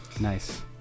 Nice